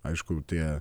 aišku tie